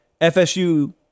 FSU